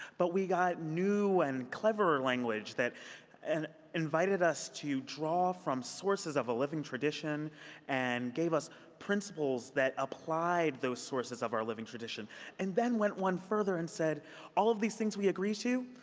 but we got new and cleverer language that invited us to draw from sources of a living tradition and gave us principles that applied those sources of our living tradition and then went one further and said all of these things we agree to?